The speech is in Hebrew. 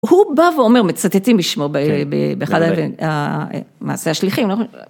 הוא בא ואומר, מצטטים אישמו, במעשה השליחים.